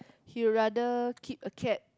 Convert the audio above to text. he will rather keep a cat